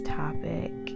topic